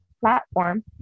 platform